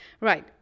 Right